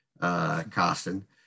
Costin